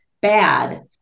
bad